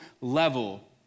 level